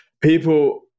people